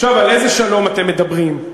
עכשיו, על איזה שלום אתם מדברים,